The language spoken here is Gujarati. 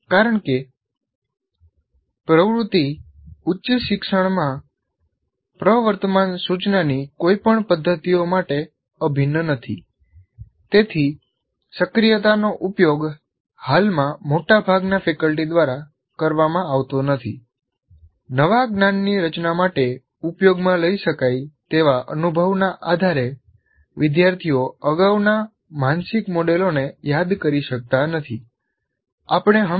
કારણ કે પ્રવૃત્તિ ઉચ્ચ શિક્ષણમાં પ્રવર્તમાન સૂચનાની કોઈપણ પદ્ધતિઓ માટે અભિન્ન નથી તેથી સક્રિયતાનો ઉપયોગ હાલમાં મોટાભાગના ફેકલ્ટી દ્વારા કરવામાં આવતો નથી નવા જ્ઞાનની રચના માટે ઉપયોગમાં લઇ શકાય તેવા અનુભવના આધારે વિદ્યાર્થીઓ અગાઉના માનસિક મોડેલોને યાદ કરી શકતા નથી અથવા યાદ કરી શકતા નથી